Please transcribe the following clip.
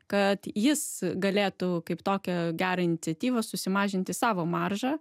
kad jis galėtų kaip tokia gera iniciatyva susimažinti savo maržą